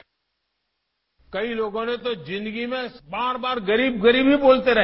bite कई लोगों ने तो जिंदगी में बार बार गरीब गरीब ही बोलते रहे